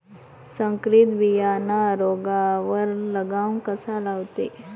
संकरीत बियानं रोगावर लगाम कसा लावते?